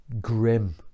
grim